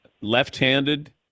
left-handed